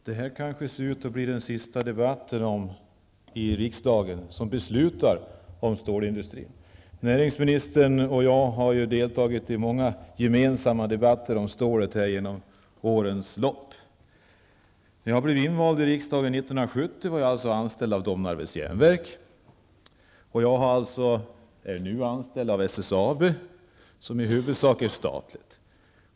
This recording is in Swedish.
Herr talman! Det här kanske är den sista debatten i riksdagen där vi beslutar om stålindustrin. Näringsministern och jag har under årens lopp deltagit i många gemensamma debatter här om stålet. När jag blev invald i riksdagen 1970 var jag anställd av Domnarvets järnverk, och jag är nu anställd av SSAB, som i huvudsak är statligt.